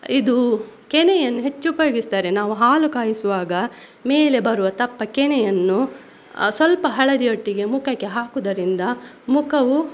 ಇದು ಕೆನೆಯನ್ನು ಹೆಚ್ಚು ಉಪಯೋಗಿಸ್ತಾರೆ ನಾವು ಹಾಲು ಕಾಯಿಸುವಾಗ ಮೇಲೆ ಬರುವ ದಪ್ಪ ಕೆನೆಯನ್ನು ಸ್ವಲ್ಪ ಹಳದಿ ಒಟ್ಟಿಗೆ ಮುಖಕ್ಕೆ ಹಾಕುವುದರಿಂದ ಮುಖವು